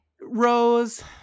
rose